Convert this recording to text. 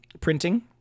printing